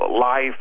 life